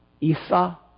Isa